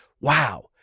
wow